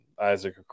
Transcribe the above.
Isaac